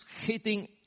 hitting